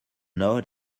know